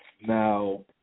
Now